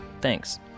thanks